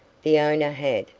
the owner had,